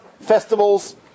festivals